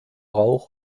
rauch